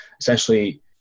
essentially